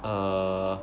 err